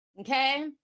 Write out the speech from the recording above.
okay